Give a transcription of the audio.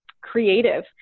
creative